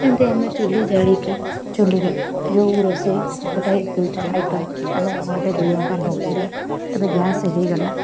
ସେମିତି ଆମେ ଚୁଲି ଜାଳିକି ଚୁଲିରେ ଯେଉଁ ରୋଷେଇ ଗୋଟାଏ ଦୁଇଟା ଆଇଟମ୍ ଆମେ ଘଣ୍ଟେ ଦୁଇ ଘଣ୍ଟା ନେଉଥିଲେ ଏବେ ଗ୍ୟାସ୍ ହେଇଗଲା